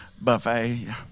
buffet